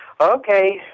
Okay